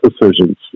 decisions